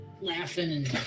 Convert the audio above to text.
laughing